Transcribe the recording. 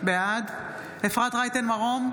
בעד אפרת רייטן מרום,